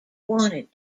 wanted